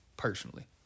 personally